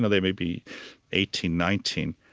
ah they may be eighteen, nineteen.